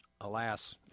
alas